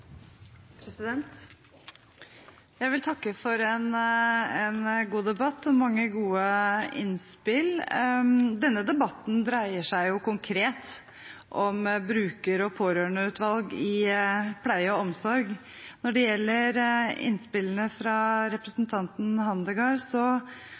Jeg vil takke for en god debatt og mange gode innspill. Denne debatten dreier seg konkret om bruker- og pårørendeutvalg innenfor pleie og omsorg. Når det gjelder innspillene fra